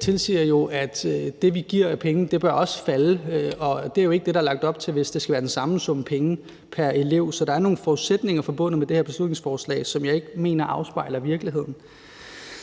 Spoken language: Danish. tilsiger, at det, vi giver af penge, også bør falde, og det er jo ikke det, der er lagt op til, hvis det skal være den samme sum penge pr. elev. Så der er nogle forudsætninger forbundet med det her beslutningsforslag, som jeg ikke mener afspejler virkeligheden.